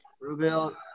Rubio